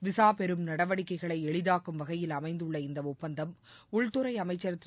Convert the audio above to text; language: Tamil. விசா பெறும் நடவடிக்கைகளை எளிதாக்கும் வகையில் அமைந்துள்ள இந்த ஒப்பந்தத்தம் உள்துறை அமைச்சர் திரு